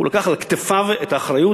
הוא לקח על כתפיו את האחריות,